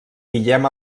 guillem